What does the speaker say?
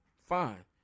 Fine